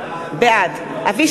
יחיאל חיליק בר, בעד אבישי